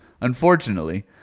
Unfortunately